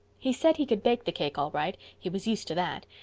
he said he could bake the cake all right. he was used to that.